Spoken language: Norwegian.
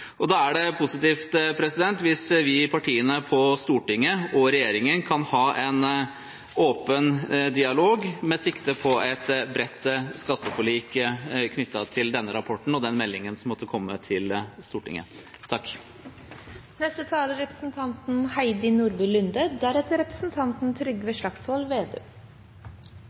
Da er det positivt hvis vi partiene på Stortinget og regjeringen kan ha en åpen dialog med sikte på et bredt skatteforlik knyttet til denne rapporten og den meldingen som måtte komme til Stortinget. Velfungerende finansmarkeder er